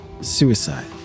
Suicide